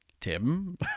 Tim